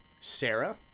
Sarah